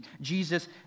Jesus